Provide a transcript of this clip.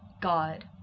God